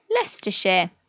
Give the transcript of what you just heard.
Leicestershire